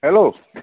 hello